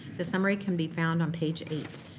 the summary can be found on page eight.